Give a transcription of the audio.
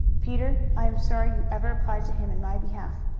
peter, i am sorry you ever applied to him in my behalf.